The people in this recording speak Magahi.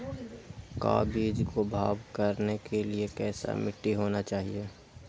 का बीज को भाव करने के लिए कैसा मिट्टी होना चाहिए?